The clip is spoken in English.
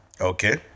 okay